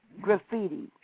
Graffiti